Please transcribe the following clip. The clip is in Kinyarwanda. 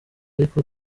ariko